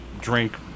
drink